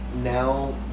now